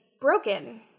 broken